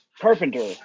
Carpenter